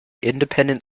independent